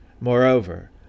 Moreover